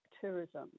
tourism